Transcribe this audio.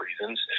reasons